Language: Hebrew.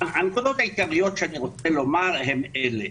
הנקודות העיקריות שאני רוצה לומר הן אלה,